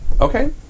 Okay